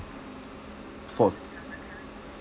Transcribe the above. for